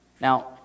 Now